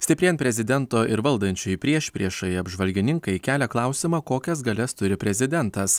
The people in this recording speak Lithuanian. stiprėjant prezidento ir valdančiųjų priešpriešai apžvalgininkai kelia klausimą kokias galias turi prezidentas